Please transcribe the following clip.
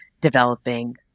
developing